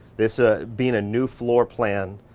this ah being a new floor plan,